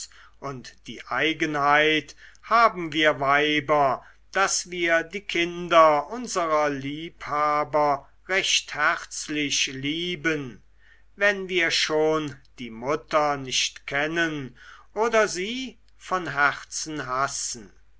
und die eigenheit haben wir weiber daß wir die kinder unserer liebhaber recht herzlich lieben wenn wir schon die mutter nicht kennen oder sie von herzen hassen